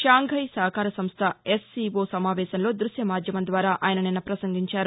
Shanghai సహకార సంస్ల SCO సమావేశంలో దృశ్య మాధ్యమం ద్వారా ఆయన నిన్న ప్రసంగించారు